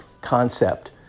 concept